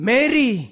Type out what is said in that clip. Mary